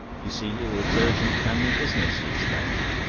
you see, it's urgent family business, he explained.